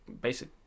basic